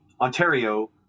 ontario